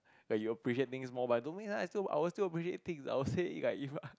like you appreciate things more but don't think so leh I still I will still appreciate things I will say it like it